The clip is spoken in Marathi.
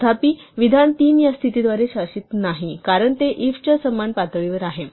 तथापि विधान 3 या स्थितीद्वारे शासित नाही कारण ते if च्या समान पातळीवर आहेत